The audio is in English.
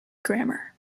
grammar